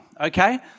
okay